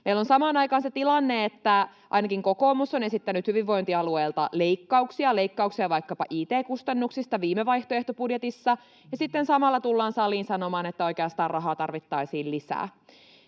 Meillä on samaan aikaan se tilanne, että ainakin kokoomus on esittänyt hyvinvointialueilta leikkauksia, leikkauksia vaikkapa it-kustannuksista viime vaihtoehtobudjetissa, ja sitten samalla tullaan saliin sanomaan, että oikeastaan rahaa tarvittaisiin lisää.